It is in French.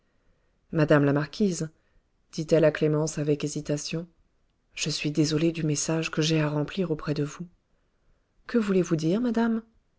madame la marquise dit-elle à clémence avec hésitation je suis désolée du message que j'ai à remplir auprès de vous que voulez-vous dire madame